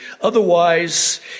Otherwise